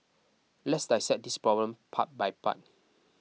let's dissect this problem part by part